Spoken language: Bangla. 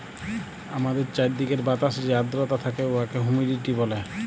আমাদের চাইরদিকের বাতাসে যে আদ্রতা থ্যাকে উয়াকে হুমিডিটি ব্যলে